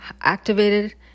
activated